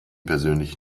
persönlich